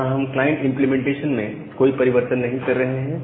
यहां हम client implementation में कोई परिवर्तन नहीं कर रहे हैं